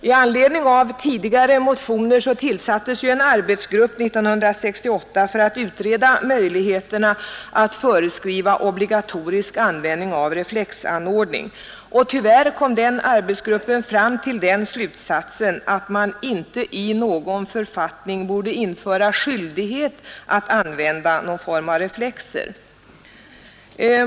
I anledning av tidigare motioner tillsattes en arbetsgrupp 1968 för att utreda möjligheterna att föreskriva obligatorisk användning av reflexanordning. Tyvärr kom den arbetsgruppen fram till slutsatsen att man inte i någon författning borde införa skyldighet att använda reflexer.